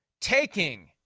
taking